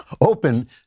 open